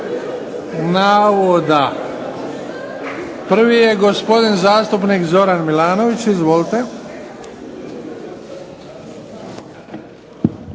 navoda. Prvi je gospodin zastupnik Zoran Milanović, izvolite.